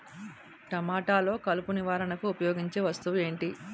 టమాటాలో కలుపు నివారణకు ఉపయోగించే వస్తువు ఏంటి?